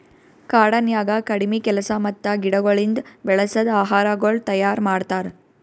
ಕಾಡನ್ಯಾಗ ಕಡಿಮಿ ಕೆಲಸ ಮತ್ತ ಗಿಡಗೊಳಿಂದ್ ಬೆಳಸದ್ ಆಹಾರಗೊಳ್ ತೈಯಾರ್ ಮಾಡ್ತಾರ್